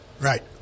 Right